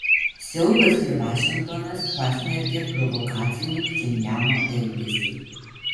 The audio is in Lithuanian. seulas ir vašingtonas pasmerkė provokacinį pchenjano elgesį